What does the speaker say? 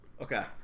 Okay